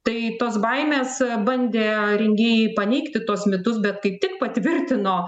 tai tos baimės bandė rengėjai paneigti tuos mitus bet kaip tik patvirtino